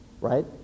Right